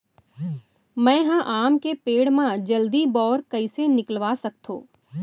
मैं ह आम के पेड़ मा जलदी बौर कइसे निकलवा सकथो?